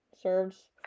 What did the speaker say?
serves